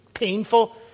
painful